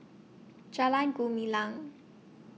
Jalan Gumilang